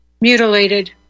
mutilated